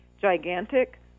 gigantic